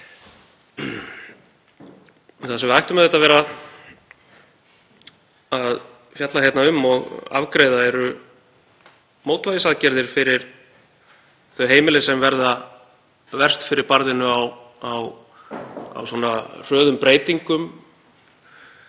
Það sem við ættum auðvitað að vera að fjalla um og afgreiða eru mótvægisaðgerðir fyrir þau heimili sem verða verst fyrir barðinu á svona hröðum breytingum,